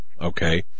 okay